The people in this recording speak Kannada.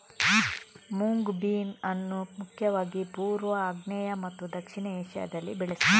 ಮೂಂಗ್ ಬೀನ್ ಅನ್ನು ಮುಖ್ಯವಾಗಿ ಪೂರ್ವ, ಆಗ್ನೇಯ ಮತ್ತು ದಕ್ಷಿಣ ಏಷ್ಯಾದಲ್ಲಿ ಬೆಳೆಸ್ತಾರೆ